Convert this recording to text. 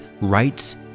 rights